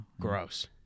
Gross